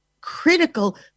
critical